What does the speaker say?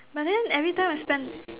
but then every time I spend